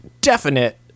definite